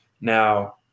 Now